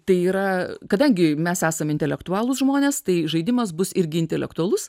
tai yra kadangi mes esam intelektualūs žmonės tai žaidimas bus irgi intelektualus